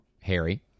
Harry